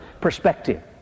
perspective